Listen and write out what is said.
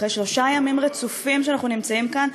אחרי שלושה ימים רצופים שאנחנו נמצאים כאן,